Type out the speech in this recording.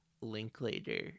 Linklater